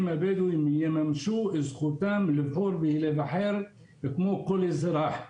הבדואים לממש את זכותם לבחור ולהיבחר כמו כל אזרח.